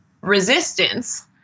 resistance